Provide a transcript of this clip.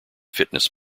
fitness